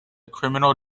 criminal